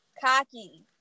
cocky